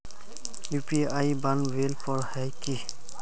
UPI बनावेल पर है की?